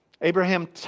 Abraham